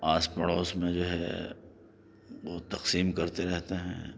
آس پڑوس میں جو ہے وہ تقسیم کرتے رہتے ہیں